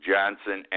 Johnson